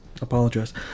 Apologize